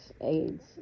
aids